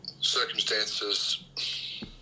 Circumstances